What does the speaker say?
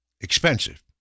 Expensive